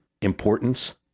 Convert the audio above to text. importance